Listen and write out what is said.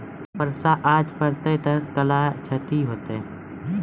बरसा जा पढ़ते थे कला क्षति हेतै है?